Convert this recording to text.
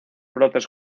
brotes